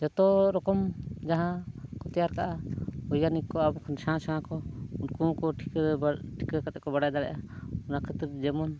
ᱡᱚᱛᱚ ᱨᱚᱠᱚᱢ ᱡᱟᱦᱟᱸ ᱠᱚ ᱛᱮᱭᱟᱨ ᱠᱟᱜᱼᱟ ᱵᱳᱭᱜᱟᱱᱤᱠ ᱠᱚ ᱟᱵᱚ ᱠᱷᱚᱱ ᱥᱮᱬᱟ ᱥᱮᱬᱟ ᱠᱚ ᱩᱱᱠᱩ ᱦᱚᱸᱠᱚ ᱴᱷᱤᱠᱟᱹ ᱴᱷᱤᱠᱟᱹ ᱠᱟᱛᱮᱫ ᱠᱚ ᱵᱟᱰᱟᱭ ᱫᱟᱲᱮᱭᱟᱜᱼᱟ ᱚᱱᱟ ᱠᱷᱟᱹᱛᱤᱨ ᱡᱮᱢᱚᱱ